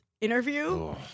interview